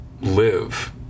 live